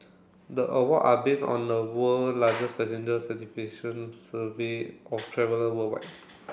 the awards are based on the world largest satisfaction survey of traveller worldwide